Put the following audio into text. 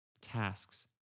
tasks